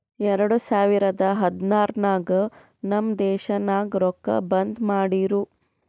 ಎರಡು ಸಾವಿರದ ಹದ್ನಾರ್ ನಾಗ್ ನಮ್ ದೇಶನಾಗ್ ರೊಕ್ಕಾ ಬಂದ್ ಮಾಡಿರೂ